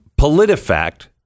PolitiFact